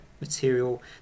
material